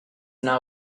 not